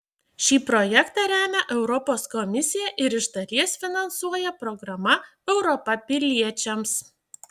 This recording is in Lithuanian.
šį projektą remia europos komisija ir iš dalies finansuoja programa europa piliečiams